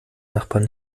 nachbarn